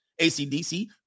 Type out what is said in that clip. ACDC